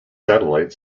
satellite